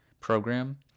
program